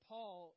Paul